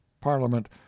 parliament